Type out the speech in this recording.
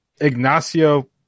Ignacio